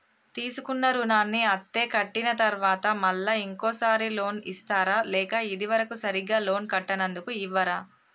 తీసుకున్న రుణాన్ని అత్తే కట్టిన తరువాత మళ్ళా ఇంకో సారి లోన్ ఇస్తారా లేక ఇది వరకు సరిగ్గా లోన్ కట్టనందుకు ఇవ్వరా?